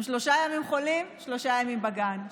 הם שלושה ימים חולים ושלושה ימים בגן,